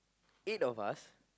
eight of us